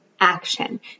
action